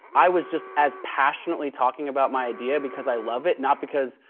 i was just as passionately talking about my idea because i love it, not because,